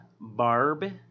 Barb